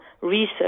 research